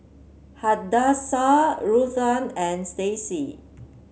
Hadassah Ruthann and Stacey